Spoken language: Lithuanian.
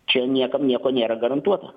čia niekam nieko nėra garantuota